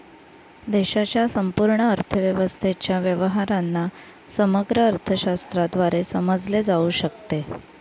देशाच्या संपूर्ण अर्थव्यवस्थेच्या व्यवहारांना समग्र अर्थशास्त्राद्वारे समजले जाऊ शकते